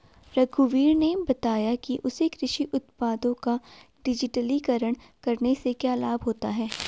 रघुवीर ने बताया कि उसे कृषि उत्पादों का डिजिटलीकरण करने से क्या लाभ होता है